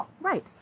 Right